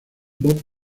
bob